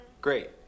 Great